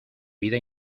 vida